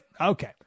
Okay